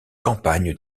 campagne